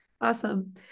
awesome